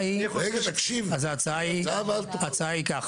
אז ההצעה היא ככה.